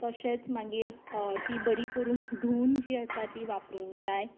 तशेंच मागीर ती बरी करून धुवून जी आसा ती वापरूंक जाय